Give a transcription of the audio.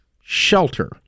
shelter